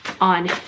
on